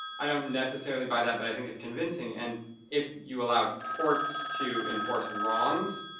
i don't necessarily buy that but i think it's convincing and if you allow torts to enforce wrongs,